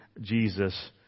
Jesus